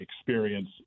experience